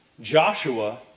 Joshua